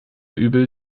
übel